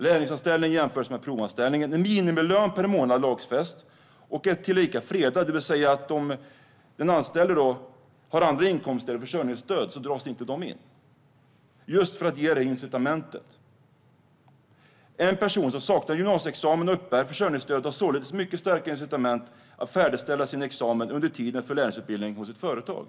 Lärlingsanställningen jämställs med en provanställning och en minimilön per månad lagfästs och är tillika fredad, det vill säga att om den anställde har andra inkomster eller försörjningsstöd dras dessa inte in, just för att ge detta incitament. En person som saknar gymnasieexamen och uppbär försörjningsstöd har således mycket starka incitament att färdigställa sin examen under tiden för lärlingsutbildning hos ett företag.